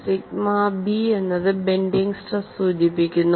sigma B എന്നത് bending stress സൂചിപ്പിക്കുന്നു